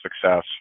success